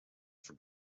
for